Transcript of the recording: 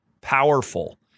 powerful